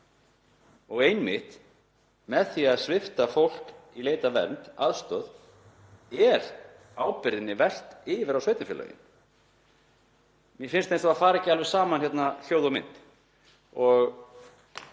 og einmitt með því að svipta fólk í leit að vernd og aðstoð er ábyrgðinni velt yfir á sveitarfélögin. Mér finnst eins og að það fari ekki alveg saman hljóð og mynd.